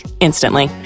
instantly